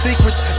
Secrets